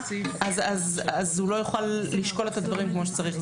אז הוא יוכל לשקול את הדברים כמו שצריך.